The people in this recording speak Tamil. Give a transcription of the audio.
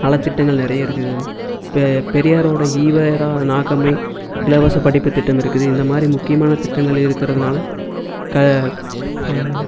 நலத்திட்டங்கள் நிறைய இருக்குது இப்போ பெரியாரோட ஈவேரா நாகம்மை இலவச படிப்பு திட்டம் இருக்குது இந்த மாதிரி முக்கியமான திட்டங்கள் இருக்குறதுனால் க